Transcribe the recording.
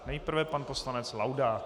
Nejprve pan poslanec Laudát.